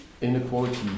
inequality